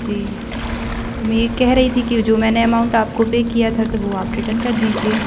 जी तो मैं यह कह रही थी कि वह जो मैंने एमाउंट आपको पे किया था तो वह आप रिटर्न कर दीजिए